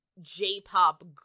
J-pop